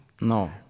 no